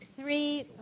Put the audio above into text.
three